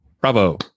Bravo